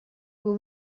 kui